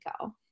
go